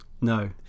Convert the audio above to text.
no